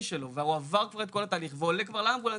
שלו והוא עבר כבר את כל התהליך ועולה כבר לאמבולנס,